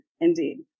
Indeed